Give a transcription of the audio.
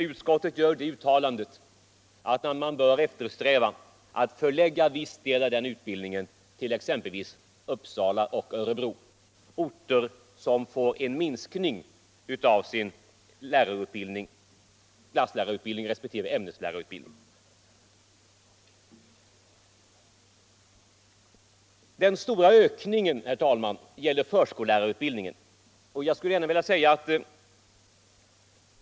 Utskottet gör det uttalandet, att man bör eftersträva att förlägga viss del av den utbildningen till exempelvis Uppsala och Örebro, orter som får en minskning av sin klasslärarutbildning resp. ämneslärarutbildning. Den stora ökningen, herr talman, gäller förskollärarutbildningen.